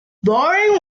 bowring